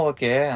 Okay